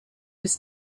was